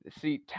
See